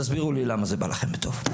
תסבירו לי למה זה בא לכם בטוב.